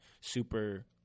super